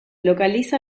localiza